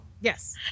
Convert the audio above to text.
Yes